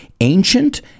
Ancient